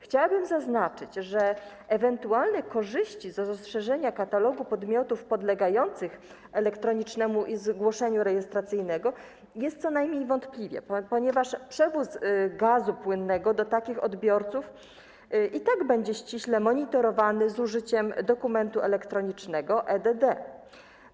Chciałabym zaznaczyć, że ewentualne korzyści z rozszerzenia katalogu podmiotów podlegających elektronicznemu zgłoszeniu rejestracyjnemu są co najmniej wątpliwe, ponieważ przewóz gazu płynnego do takich odbiorców i tak będzie ściśle monitorowany z użyciem dokumentu elektronicznego e-DD.